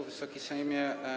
Wysoki Sejmie!